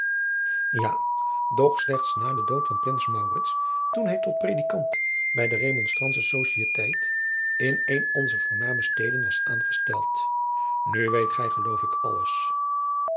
ja doch slechts na den dood van prins maurits toen hij tot predikant bij de remonstrantsche societeit in eene onzer voornaamste steden was aangesteld nu weet gij geloof ik alles